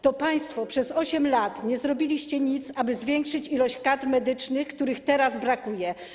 To państwo przez 8 lat nie zrobiliście nic, aby zwiększyć ilość kadr medycznych, których teraz brakuje.